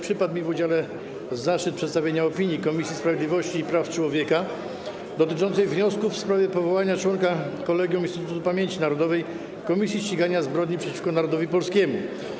Przypadł mi w udziale zaszczyt przedstawienia opinii Komisji Sprawiedliwości i Praw Człowieka dotyczącej wniosku w sprawie powołania członka Kolegium Instytutu Pamięci Narodowej - Komisji Ścigania Zbrodni przeciwko Narodowi Polskiemu.